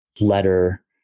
letter